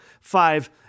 Five